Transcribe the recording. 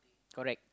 correct